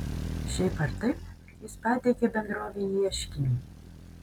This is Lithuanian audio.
šiaip ar taip jis pateikė bendrovei ieškinį